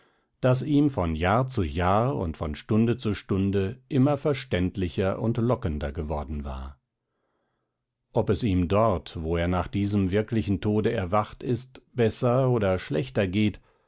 das ihm von jahr zu jahr und von stunde zu stunde immer verständlicher und lockender geworden war ob es ihm dort wo er nach diesem wirklichen tode erwacht ist besser oder schlechter geht